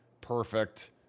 perfect